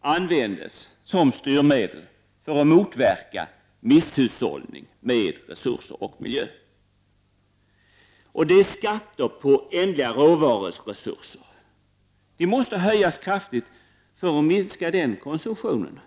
används som styrmedel för att motverka misshushållning med resurser och miljö. Skatter på ändliga råvaruresurser måste höjas kraftigt för att minska konsumtionen.